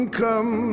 come